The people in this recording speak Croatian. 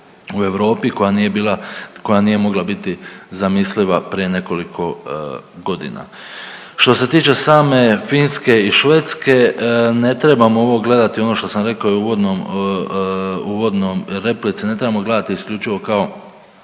bila, koja nije mogla biti zamisliva prije nekoliko godina. Što se tiče same Finske i Švedske ne trebamo ovo gledati, ono što sam rekao i u uvodnom, uvodnoj replici, ne trebamo gledati isključivo kao